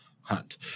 hunt